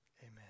amen